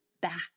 back